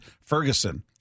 Ferguson